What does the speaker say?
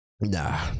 Nah